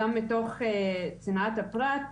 גם מתוך צנעת הפרט,